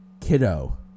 Kiddo